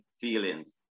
feelings